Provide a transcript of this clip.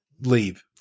leave